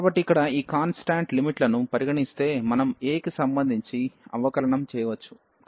కాబట్టి ఇక్కడ ఈ కాన్స్టాంట్ లిమిట్ లను పరిగణిస్తే మనం a కి సంబంధించి అవకలనం చేయవచ్చు